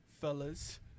fellas